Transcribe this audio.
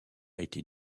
été